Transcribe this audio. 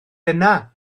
dyna